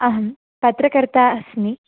अहं पत्रकर्त्री अस्मि